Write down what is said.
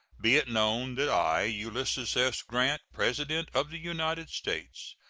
be it known that i, ulysses s. grant, president of the united states,